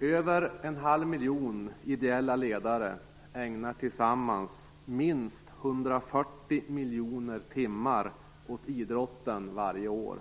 Över en halv miljon ideella ledare ägnar tillsammans minst 140 miljoner timmar åt idrotten varje år.